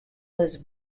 was